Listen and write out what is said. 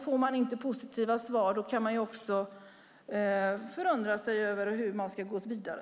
Får man inte positiva svar kan man undra hur man ska gå vidare.